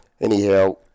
Anyhow